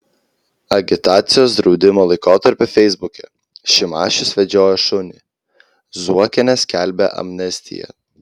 agitacijos draudimo laikotarpiu feisbuke šimašius vedžiojo šunį zuokienė skelbė amnestiją